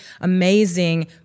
amazing